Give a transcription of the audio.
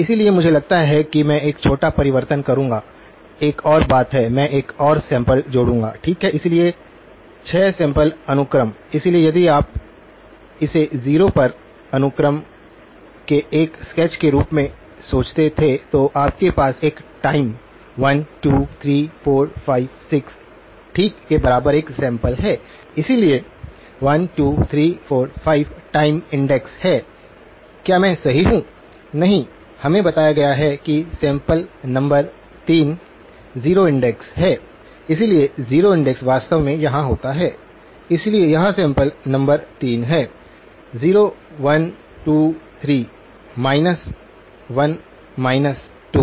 इसलिए मुझे लगता है कि मैं एक छोटा परिवर्तन करूंगा एक और बात है मैं एक और सैंपल जोड़ूंगा ठीक है इसलिए 6 सैंपल अनुक्रम इसलिए यदि आप इसे 0 पर अनुक्रम के एक स्केच के रूप में सोचते थे तो आपके पास 1 टाइम 1 2 3 4 5 6 ठीक के बराबर एक सैंपल है इसलिए 1 2 3 4 5 टाइम इंडेक्स है क्या मैं सही हूं नहीं हमें बताया गया है कि सैंपल नंबर 3 0 इंडेक्स है इसलिए 0 इंडेक्स वास्तव में यहां होता है इसलिए यह सैंपल नंबर 3 है 0 1 2 3 माइनस 1 माइनस 2